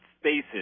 spaces